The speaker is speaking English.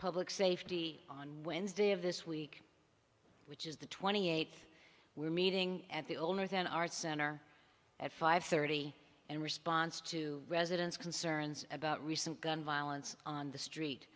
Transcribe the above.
public safety on wednesday of this week which is the twenty eighth we are meeting at the owners an art center at five thirty in response to residents concerns about recent gun violence on the street